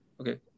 Okay